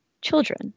children